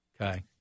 okay